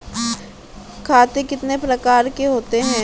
खाते कितने प्रकार के होते हैं?